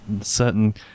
certain